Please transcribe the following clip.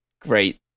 great